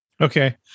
Okay